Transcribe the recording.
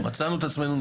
מצאנו את עצמנו,